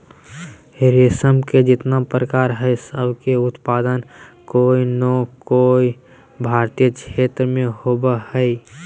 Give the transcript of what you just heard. रेशम के जितना प्रकार हई, सब के उत्पादन कोय नै कोय भारतीय क्षेत्र मे होवअ हई